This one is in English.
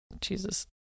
Jesus